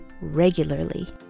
regularly